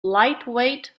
lightweight